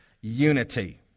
unity